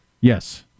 yes